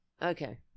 Okay